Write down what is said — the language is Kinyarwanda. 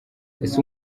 ese